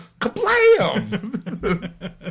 Kablam